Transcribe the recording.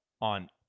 on